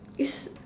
is